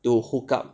you hook up